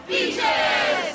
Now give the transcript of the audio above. Beaches